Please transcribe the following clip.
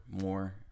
more